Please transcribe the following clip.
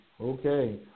okay